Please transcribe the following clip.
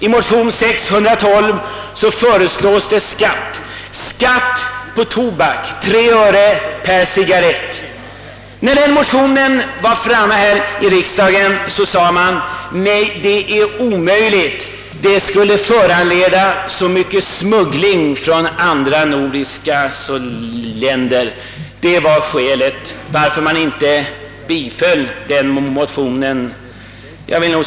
I motion 612 föreslås skatt på tobak med 3 öre per cigarett. När denna fråga var uppe i riksdagen sade man att detta var omöjligt, eftersom det skulle föranleda så mycket smuggling. Det var skälet till att denna motion inte bifölls.